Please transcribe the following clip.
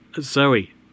Zoe